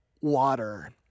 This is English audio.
Water